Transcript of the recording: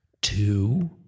Two